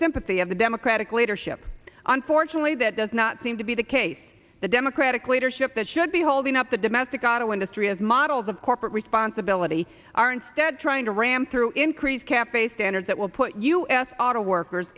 sympathy of the democratic leadership on fortunately that does not seem to be the case the democratic leadership that should be holding up the domestic auto industry as models of corporate responsibility are instead trying to ram through increased cafe standards that will put us auto workers